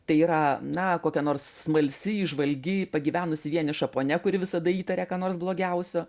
tai yra na kokia nors smalsi įžvalgi pagyvenusi vieniša ponia kuri visada įtaria ką nors blogiausio